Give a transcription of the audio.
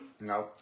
No